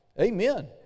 amen